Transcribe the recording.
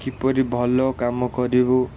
କିପରି ଭଲ କାମ କରିବୁ